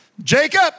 Jacob